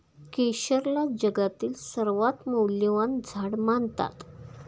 केशरला जगातील सर्वात मौल्यवान झाड मानतात